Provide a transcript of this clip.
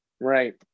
Right